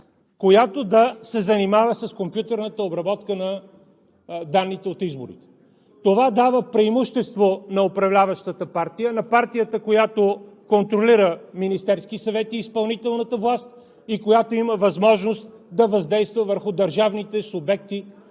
която да се занимава с компютърната обработка на данните от изборите. Това дава преимущество на управляващата партия, на партията, която контролира Министерския съвет и изпълнителната власт, и която има възможност да въздейства върху държавните субекти,